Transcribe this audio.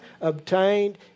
obtained